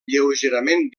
lleugerament